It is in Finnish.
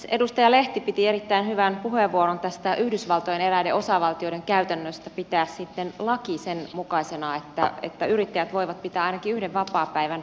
edustaja lehti piti erittäin hyvän puheenvuoron tästä yhdysvaltojen eräiden osavaltioiden käytännöstä pitää sitten laki sen mukaisena että yrittäjät voivat pitää ainakin yhden vapaapäivän